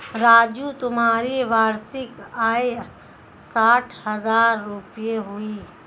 राजू तुम्हारी वार्षिक आय साठ हज़ार रूपय हुई